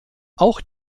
auch